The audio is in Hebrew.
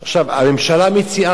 הממשלה מציעה,